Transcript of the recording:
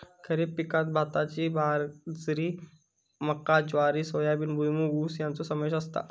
खरीप पिकांत भाताची बाजरी मका ज्वारी सोयाबीन भुईमूग ऊस याचो समावेश असता